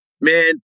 Man